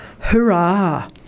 Hurrah